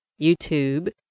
YouTube